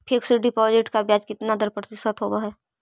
Fix deposit का ब्याज दर कितना प्रतिशत होब है?